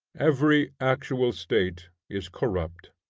every actual state is corrupt.